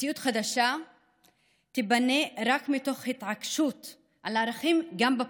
מציאות חדשה תיבנה רק מתוך התעקשות על ערכים גם בפוליטיקה,